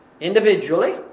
individually